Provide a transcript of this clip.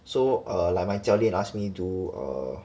so uh like my 教练 ask me do err